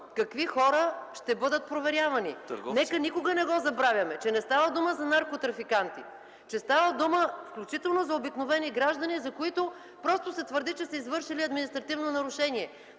Търговците. МАЯ МАНОЛОВА: Нека никога не забравяме, че не става дума за наркотрафиканти, а става дума включително за обикновени граждани, за които се твърди, че са извършили административно нарушение.